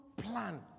plan